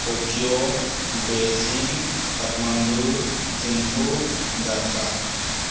Tokyo Beijing Kathmandu Thimphu Dhaka